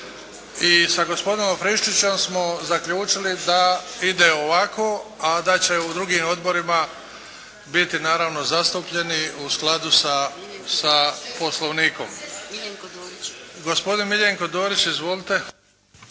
i sa gospodinom Friščićem smo zaključili da ide ovako a da će u drugim odborima biti naravno zastupljeni u skladu sa poslovnikom. Gospodin Miljenko Dorić. Izvolite.